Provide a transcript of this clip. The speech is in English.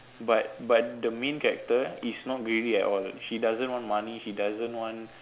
but but the main character is not greedy at all she doesn't want money she doesn't want